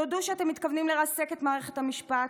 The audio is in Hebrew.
תודו שאתם מתכוונים לרסק את מערכת המשפט,